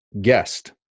guest